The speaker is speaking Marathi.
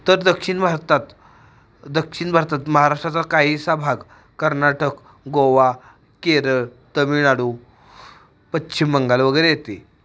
तर दक्षिण भारतात दक्षिण भारतात महाराष्ट्राचा काहीसा भाग कर्नाटक गोवा केरळ तमीळनाडू पश्चिम बंगाल वगैरे येते